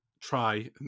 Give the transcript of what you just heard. try